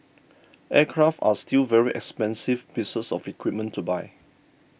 aircraft are still very expensive pieces of equipment to buy